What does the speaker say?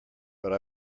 but